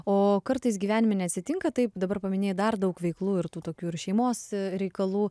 o kartais gyvenime neatsitinka taip dabar paminėjai dar daug veiklų ir tų tokių ir šeimos reikalų